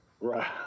Right